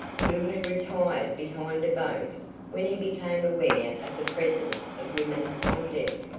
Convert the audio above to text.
who had retired behind a boat when he became aware of the presence of women on deck.